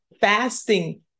Fasting